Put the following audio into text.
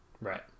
Right